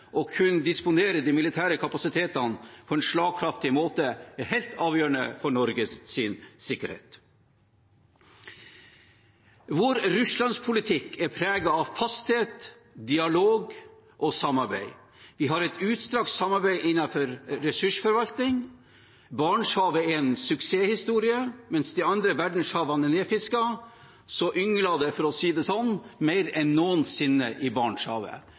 disponere de militære kapasitetene på en slagkraftig måte er helt avgjørende for Norges sikkerhet. Vår russlandpolitikk er preget av fasthet, dialog og samarbeid. Vi har et utstrakt samarbeid innenfor ressursforvaltning. Barentshavet er en suksesshistorie. Mens de andre verdenshavene er nedfisket, yngler det, for å si det sånn, mer enn noensinne i Barentshavet.